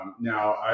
Now